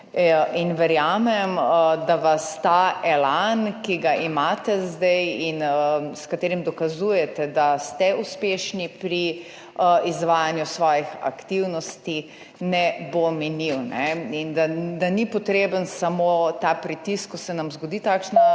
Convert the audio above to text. Verjamem, da vas ta elan, ki ga imate zdaj in s katerim dokazujete, da ste uspešni pri izvajanju svojih aktivnosti, ne bo minil in da ni potreben samo ta pritisk, ko se nam zgodi takšna